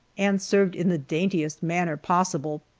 and served in the daintiest manner possible.